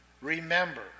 Remember